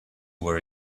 were